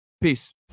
Peace